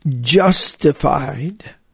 justified